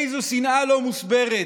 איזו שנאה לא מוסברת,